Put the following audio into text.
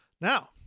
now